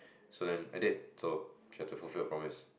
so then I did so she had to fulfill her promise